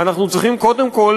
אנחנו צריכים קודם כול